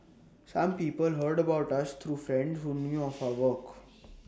some people heard about us through friends who knew of our work